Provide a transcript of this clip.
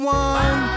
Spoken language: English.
one